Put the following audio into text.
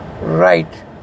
right